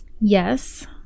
Yes